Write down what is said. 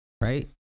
right